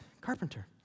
Carpenter